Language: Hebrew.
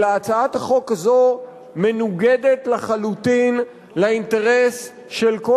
אלא הצעת החוק הזאת מנוגדת לחלוטין לאינטרס של כל